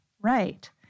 Right